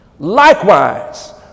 Likewise